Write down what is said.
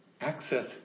Access